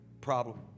problem